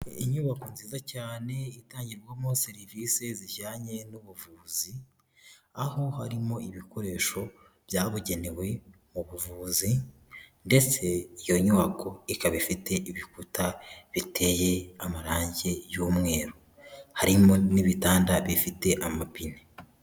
Inyubako nziza cyane itangirwamo serivisi zijyanye n'ubuvuzi, aho harimo ibikoresho byabugenewe mu buvuzi ndetse iyo nyubako ikaba ifite ibikuta biteye amarange y'umweru, harimo n'ibitanda bifite amapine.